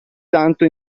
tanto